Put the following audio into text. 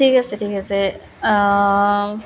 ঠিক আছে ঠিক আছে